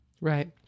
Right